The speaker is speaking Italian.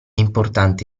importante